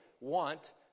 want